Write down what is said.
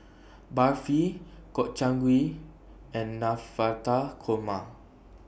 Barfi Gobchang Gui and Navratan Korma